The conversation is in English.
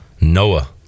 Noah